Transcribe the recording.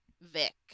Vic